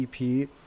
EP